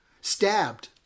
stabbed